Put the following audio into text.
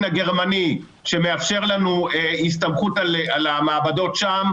הגרמני שמאפשר לנו הסתמכות על המעבדות שם,